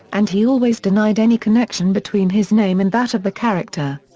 and he always denied any connection between his name and that of the character.